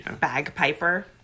Bagpiper